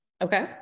Okay